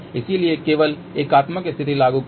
इसलिए केवल एकात्मक स्थिति लागू करें